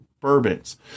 bourbons